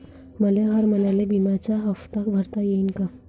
मले हर महिन्याले बिम्याचा हप्ता भरता येईन का?